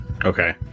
Okay